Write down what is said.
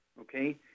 Okay